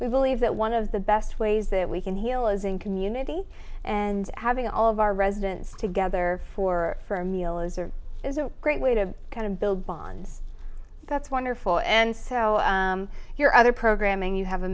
we believe that one of the best ways that we can heal is in community and having all of our residents together for for a meal is or is a great way to kind of build bonds that's wonderful and so your other programming you have a